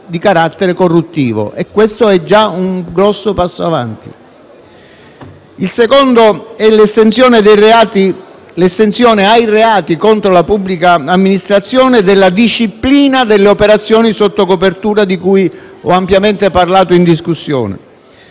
Il secondo è l'estensione ai reati contro la pubblica amministrazione della disciplina delle operazioni sotto copertura, di cui ho ampiamente parlato in discussione.